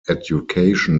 education